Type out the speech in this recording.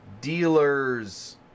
dealers